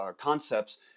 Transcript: concepts